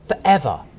Forever